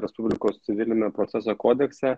respublikos civilinio proceso kodekse